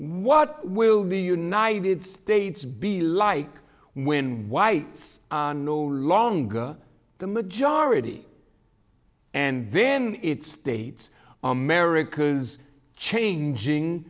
what will the united states be like when whites are no longer the majority and then it states america's changing